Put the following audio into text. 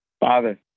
Father